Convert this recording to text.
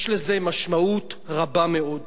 יש לזה משמעות רבה מאוד.